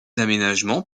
aménagements